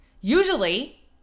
Usually